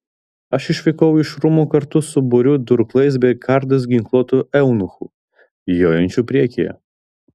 aš išvykau iš rūmų kartu su būriu durklais bei kardais ginkluotų eunuchų jojančių priekyje